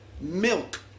milk